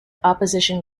opposition